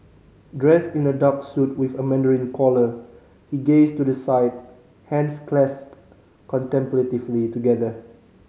dressed in a dark suit with a mandarin collar he gazed to the side hands clasped contemplatively together